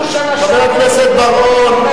חבר הכנסת בר-און,